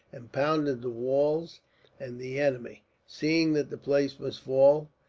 and pounded the walls and the enemy, seeing that the place must fall,